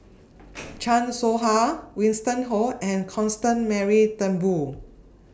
Chan Soh Ha Winston Oh and Constance Mary Turnbull